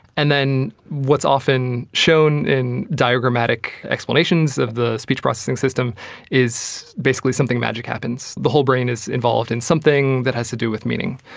and then what's often shown in diagrammatic explanations of the speech processing system is basically something magic happens. the whole brain is involved in something that has to do with meaning.